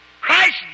Christ